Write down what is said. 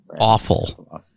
Awful